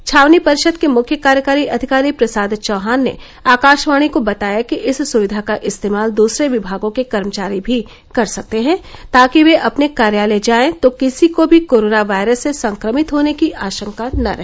छावनी परिषद के मुख्य कार्यकारी अधिकारी प्रसाद चौहान ने आकाशवाणी को बताया कि इस सुक्विधा का इस्तेमाल दूसरे विभागों के कर्मचारी भी कर सकते हैं ताकि जब वे अपने कार्यालय जायें तो किसी को भी कोरोना वायरस से संक्रमित होने की आशंका न रहे